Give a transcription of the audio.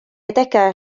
adegau